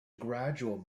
gradual